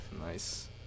Nice